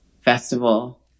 festival